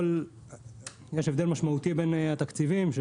יש הבדל משמעותי בין התקציבים.